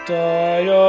die